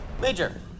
Major